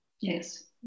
Yes